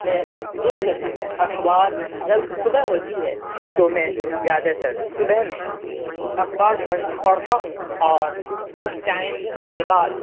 میں دن کے سمے اخبار جب صبح ہوتی ہے تو میں زیادہ تر صبح میں اخبار پڑھتا ہوں اور اس ٹائم کے بعد